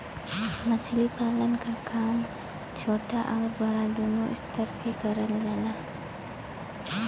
मछली पालन क काम छोटा आउर बड़ा दूनो स्तर पे करल जाला